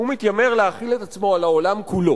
הוא מתיימר להחיל את עצמו על העולם כולו.